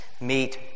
Meet